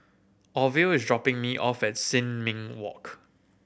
Orville is dropping me off at Sin Ming Walk